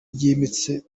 byimbitse